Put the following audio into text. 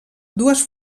dues